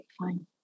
fine